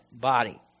body